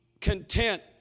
content